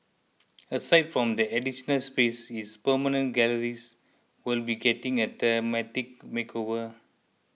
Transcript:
aside from the additional spaces its permanent galleries will be getting a thematic makeover